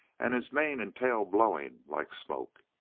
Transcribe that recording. and his mane and tail blowing like smoke!